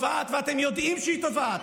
ואתם יודעים שהיא טובעת?